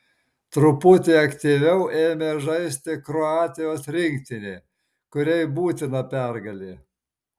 truputį aktyviau ėmė žaisti kroatijos rinktinė kuriai būtina pergalė